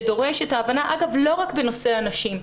שדורש הבנה לא רק בנושא הנשים,